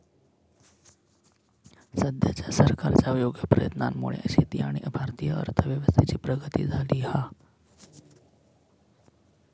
सद्याच्या सरकारच्या योग्य प्रयत्नांमुळे शेती आणि भारतीय अर्थव्यवस्थेची प्रगती झाली हा